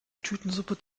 tütensuppe